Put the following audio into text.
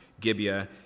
Gibeah